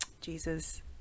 Jesus